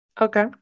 Okay